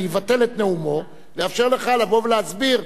אני אבטל את נאומו ואאפשר לך לבוא ולהסביר,